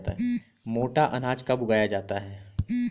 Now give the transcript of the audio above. मोटा अनाज कब उगाया जाता है?